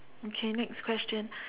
okay next question